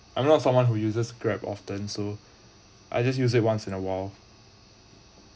I'm not someone who uses grab often so I just use it once in a while